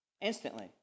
Instantly